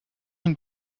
une